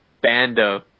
Bando